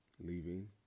Leaving